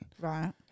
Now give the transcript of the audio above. Right